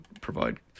provide